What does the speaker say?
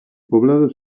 poblado